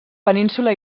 península